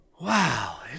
Wow